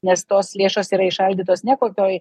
nes tos lėšos yra įšaldytos ne kokioj